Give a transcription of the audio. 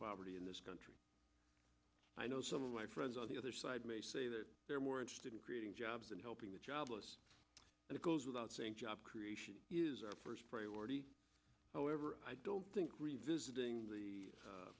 poverty in this country i know some of my friends on the other side may say that they're more interested in creating jobs than helping the jobless and it goes without saying job creation is our first priority however i don't think visiting the